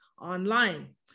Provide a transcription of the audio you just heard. online